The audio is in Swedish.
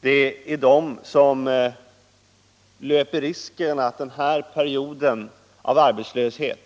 Det är de som löper risken att perioden av arbetslöshet